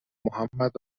محمد